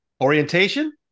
Orientation